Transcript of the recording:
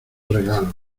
regalos